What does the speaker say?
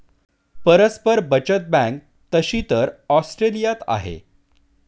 परस्पर बचत बँक तशी तर ऑस्ट्रेलियात आहे